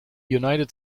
united